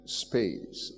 space